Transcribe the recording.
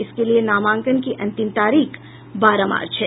इसके लिए नामांकन की अंतिम तारीख बारह मार्च है